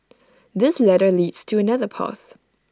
this ladder leads to another path